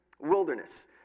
Wilderness